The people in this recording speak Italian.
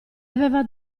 aveva